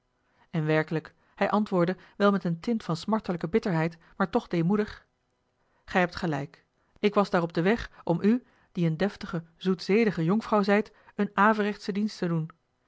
en werkelijk hij antwoordde wel met een tint van smartelijke bitterheid maar toch deemoedig gij hebt gelijk ik was daar op den weg om u die eene deftige zoetzedige jonkvrouw zijt een averechtschen dienst te doen